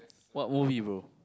what movie bro